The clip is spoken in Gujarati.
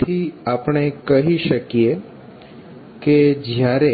તેથી આપણે કહી શકીએ કે જ્યારે